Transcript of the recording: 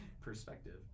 Perspective